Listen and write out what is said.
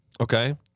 Okay